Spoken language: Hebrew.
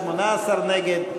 18 נגד,